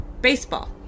baseball